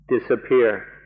disappear